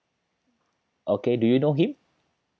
okay do you know him